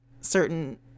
certain